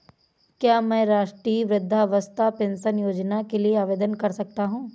क्या मैं राष्ट्रीय वृद्धावस्था पेंशन योजना के लिए आवेदन कर सकता हूँ?